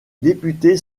députés